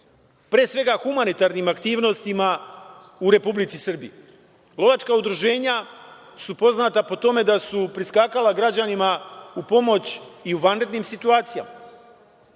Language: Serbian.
pre svega, humanitarnim aktivnostima u Republici Srbiji. Lovačka udruženja su poznata po tome da su priskakala građanima u pomoć i u vanrednim situacijama